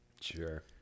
Sure